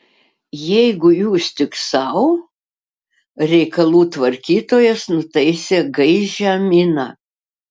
jeigu jūs tik sau reikalų tvarkytojas nutaisė gaižią miną